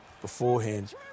beforehand